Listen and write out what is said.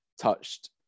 touched